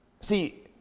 See